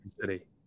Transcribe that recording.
City